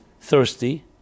thirsty